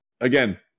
again